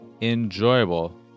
enjoyable